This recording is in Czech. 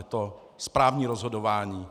Je to správní rozhodování.